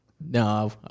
No